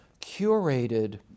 curated